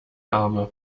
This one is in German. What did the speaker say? arme